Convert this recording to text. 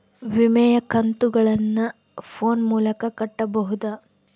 ವಿಮೆಯ ಕಂತುಗಳನ್ನ ಫೋನ್ ಮೂಲಕ ಕಟ್ಟಬಹುದಾ?